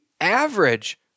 average